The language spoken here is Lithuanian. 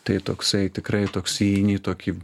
tai toksai tikrai toks įeini į tokį